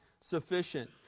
sufficient